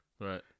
Right